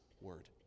word